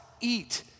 eat